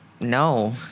No